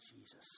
Jesus